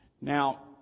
Now